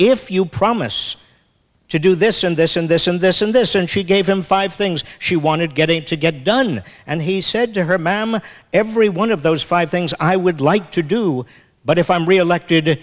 if you promise to do this and this and this and this and this and she gave him five things she wanted getting to get done and he said to her ma'am every one of those five things i would like to do but if i'm reelected